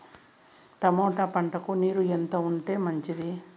Tomato పంటకు నీరు ఎంత ఉంటే మంచిది?